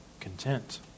content